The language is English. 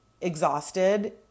exhausted